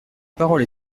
parole